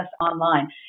online